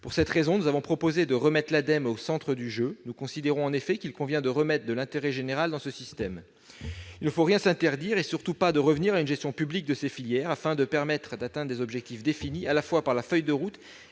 Pour cette raison, nous proposons de replacer l'Ademe au centre du jeu, pour réintroduire la prise en compte de l'intérêt général dans le système. Il ne faut rien s'interdire, surtout pas de revenir à une gestion publique de ces filières, afin de permettre l'atteinte d'objectifs définis à la fois par la feuille de route